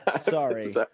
Sorry